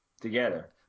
together